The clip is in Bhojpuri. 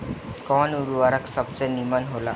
कवन उर्वरक सबसे नीमन होला?